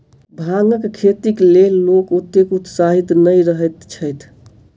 भांगक खेतीक लेल लोक ओतेक उत्साहित नै रहैत छैथ